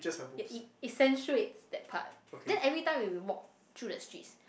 it it ecentuates that part then every time when we walk through the streets